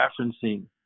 referencing